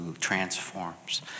transforms